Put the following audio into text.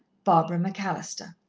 barbara mcallister.